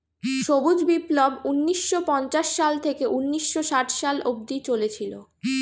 সবুজ বিপ্লব ঊন্নিশো পঞ্চাশ সাল থেকে ঊন্নিশো ষাট সালে অব্দি চলেছিল